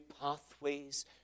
pathways